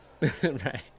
Right